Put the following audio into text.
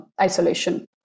isolation